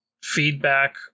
feedback